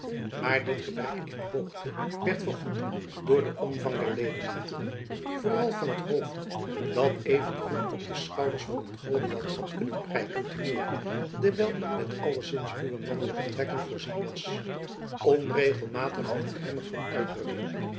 maar dit gebrek in hoogte werd vergoed door den omvang der ledematen vooral van het hoofd dat evengoed op de schouders van een goliath had kunnen prijken te meer dewijl het met alleszins ruwe mannelijke trekken voorzien was onregelmatig en grimmig van uitdrukking